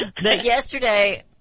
Yesterday